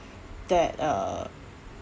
that uh